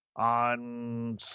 on